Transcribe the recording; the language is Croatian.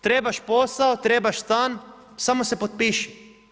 Trebaš posao, trebaš stan, samo se potpiši.